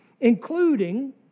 including